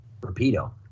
Rapido